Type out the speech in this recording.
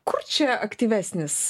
kur čia aktyvesnis